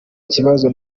kibazo